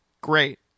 Great